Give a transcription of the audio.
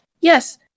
Yes